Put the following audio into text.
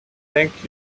thank